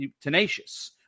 tenacious